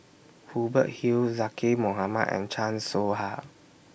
Hubert Hill Zaqy Mohamad and Chan Soh Ha